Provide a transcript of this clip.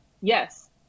Yes